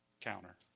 counter